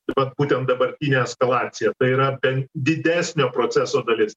vat būtent dabartine eskalacija tai yra didesnio proceso dalis